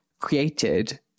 created